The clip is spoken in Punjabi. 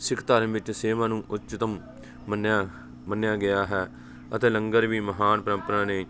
ਸਿੱਖ ਧਰਮ ਵਿੱਚ ਸੇਵਾ ਨੂੰ ਉੱਚਤਮ ਮੰਨਿਆ ਮੰਨਿਆ ਗਿਆ ਹੈ ਅਤੇ ਲੰਗਰ ਵੀ ਮਹਾਨ ਪਰੰਪਰਾ ਨੇ